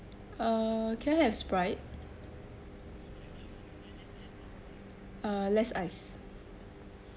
uh can I have Sprite uh less ice